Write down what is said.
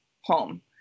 home